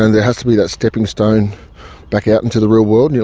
and there has to be that steppingstone back out into the real world. and yeah